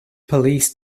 police